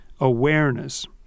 awareness